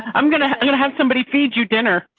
i'm going to have somebody feed you dinner.